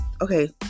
okay